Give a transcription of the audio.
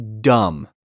dumb